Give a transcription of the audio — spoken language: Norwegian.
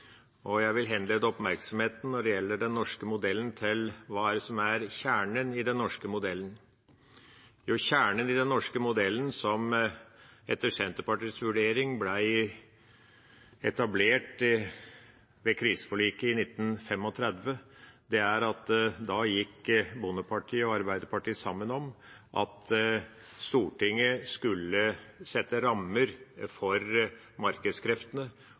Når det gjelder den norske modellen, vil jeg henlede oppmerksomheten til hva det er som er kjernen i den. Kjernen i den norske modellen ble etter Senterpartiets vurdering etablert ved kriseforliket i 1935, da Bondepartiet og Arbeiderpartiet gikk sammen om at Stortinget skulle sette rammer for markedskreftene,